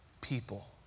people